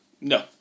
No